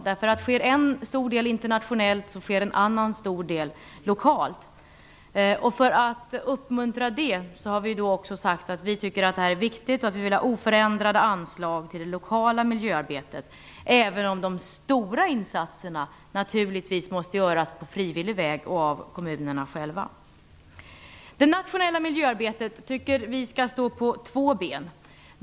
Om en stor del av arbetet sker internationellt, så sker en annan stor del lokalt. För att uppmuntra det har vi sagt att vi tycker att det här är viktigt och att vi vill ha oförändrade anslag till det lokala miljöarbetet, även om de stora insatserna naturligtvis måste göras på frivillig väg och av kommunerna själva. Vi tycker att det nationella miljöarbetet skall stå på två ben.